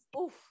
oof